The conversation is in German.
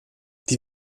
die